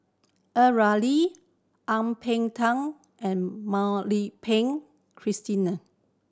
A Ramli Ang Peng Tiam and Mak Lai Peng Christina